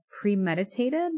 premeditated